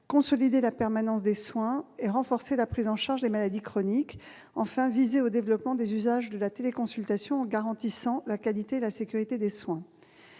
consolider la permanence de soins, renforcer la prise en charge des maladies chroniques et viser au développement des usages de la téléconsultation en garantissant la qualité et la sécurité des soins.